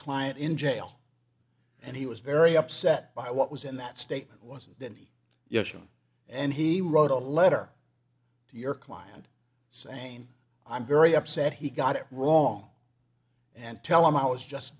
client in jail and he was very upset by what was in that statement was that he yes and he wrote a letter to your client same i'm very upset he got it wrong and tell him i was just